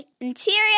interior